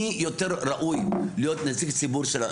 מי יותר ראוי להיות נציג ציבור?